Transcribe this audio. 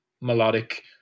melodic